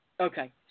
Okay